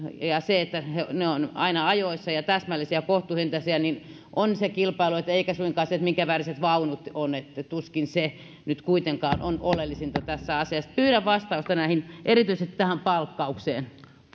ja ja se että ne ovat aina ajoissa ja täsmällisiä kohtuuhintaisia on se kilpailuetu eikä suinkaan se minkäväriset vaunut ovat se tuskin nyt kuitenkaan on oleellisinta tässä asiassa pyydän vastausta näihin erityisesti tähän palkkaukseen